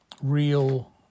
real